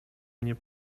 mnie